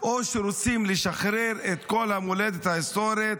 או שהם רוצים לשחרר כל המולדת ההיסטורית,